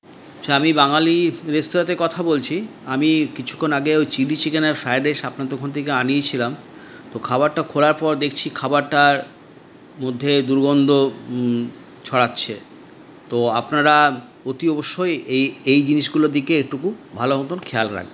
আচ্ছা আমি বাঙালি রেস্তোরাঁতে কথা বলছি আমি কিছুক্ষণ আগে ওই চিলি চিকেন আর ফ্রাইড রাইস আপনার দোকান থেকে আনিয়েছিলাম তো খাবারটা খোলার পর দেখছি খাবারটা মধ্যে দুর্গন্ধ ছড়াচ্ছে তো আপনারা অতি অবশ্যই এই এই জিনিসগুলোর দিকে একটু ভালো মতন খেয়াল রাখবেন